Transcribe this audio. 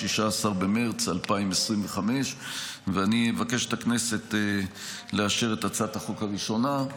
16 במרץ 2025. אני אבקש את הכנסת לאשר את הצעת החוק הראשונה,